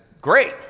great